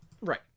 Right